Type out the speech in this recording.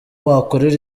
wakorera